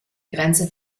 grenze